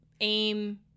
aim